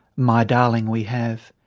my darling we have.